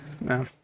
no